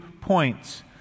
points—